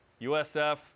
USF